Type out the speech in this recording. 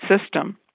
system